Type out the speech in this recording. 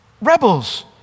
rebels